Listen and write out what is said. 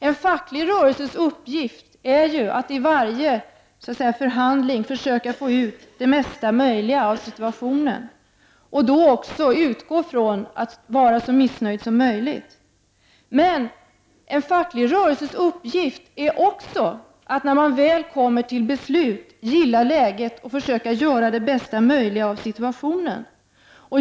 En facklig rörelses uppgift är ju att i varje förhandling försöka få ut mesta möjliga av situationen och då också ha som utgångspunkt att vara så missnöjd som möjligt. Men en facklig rörelses uppgift är också att, när beslut väl är fattat, gilla läget, som man säger, och försöka göra det bästa möjliga av situationen.